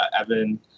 Evan